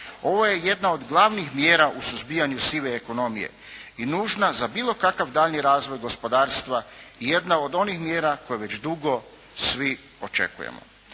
Ovo je jedna od glavnih mjera u suzbijanju sive ekonomije i nužna za bilo kakav daljnji razvoj gospodarstva i jedna od onih mjera koje već dugo svi očekuju.